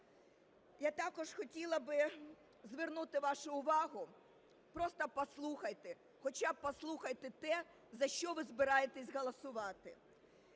Я також хотіла б звернути вашу увагу, просто послухайте, хоча б послухайте те, за що ви збираєтесь голосувати.